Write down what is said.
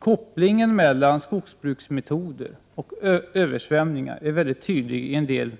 Kopplingen mellan skogsbruksmetoder och översvämningar är mycket tydlig i en del